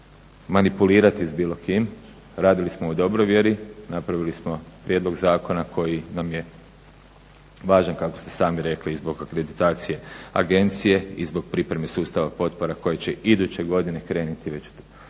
manipulirati s bilo kim. Radili smo u dobroj vjeri, napravili smo prijedlog zakona koji nam je važan kako ste sami rekli i zbog akreditacije agencije i zbog pripreme sustava potpora koje će iduće godine krenuti već u